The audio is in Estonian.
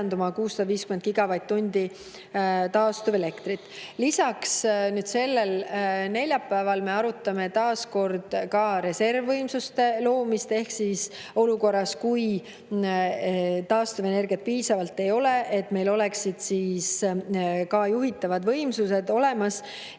650 gigavatt-tundi taastuvelektrit. Lisaks, sellel neljapäeval arutame me taas kord reservvõimsuste loomist, et olukorras, kus taastuvenergiat piisavalt ei ole, oleksid meil ka juhitavad võimsused olemas.